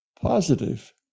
positive